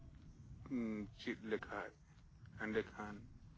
ᱪᱮᱫ ᱞᱮᱠᱷᱟᱱ ᱮᱸᱰᱮᱠᱷᱟᱱ